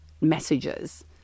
messages